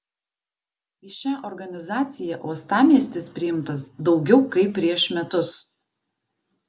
į šią organizaciją uostamiestis priimtas daugiau kaip prieš metus